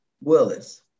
Willis